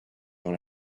dans